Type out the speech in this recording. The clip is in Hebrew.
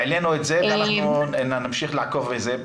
העלינו את זה ואנחנו נמשיך לעקוב אחרי זה.